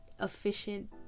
efficient